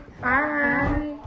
Bye